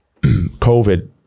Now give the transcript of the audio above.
COVID